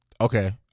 Okay